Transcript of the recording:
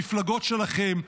המפלגות שלכם,